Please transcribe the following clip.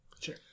Sure